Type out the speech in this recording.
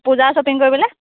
পূজাৰ শ্বপিং কৰিবলৈ